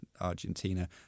Argentina